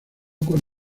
con